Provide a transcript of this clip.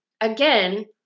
again